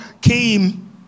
came